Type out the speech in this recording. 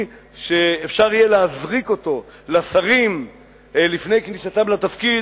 שאפשר יהיה להזריק אותו לשרים לפני כניסתם לתפקיד,